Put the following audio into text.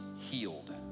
healed